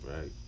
right